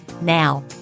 Now